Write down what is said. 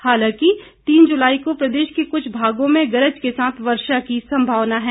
हालांकि तीन जुलाई को प्रदेश के कुछ भागों में गर्ज के साथ वर्षा की संभावना है